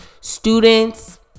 students